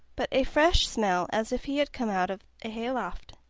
but a fresh smell as if he had come out of a hayloft.